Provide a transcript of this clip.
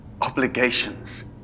obligations